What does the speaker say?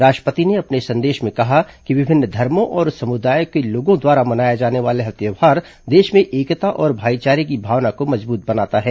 राष्ट्रपति ने अपने संदेश में कहा कि विभिन्न धर्मों और समुदायों के लोगों द्वारा मनाया जाने वाला यह त्यौहार देश में एकता और भाईचारे की भावना को मजबूत बनाता है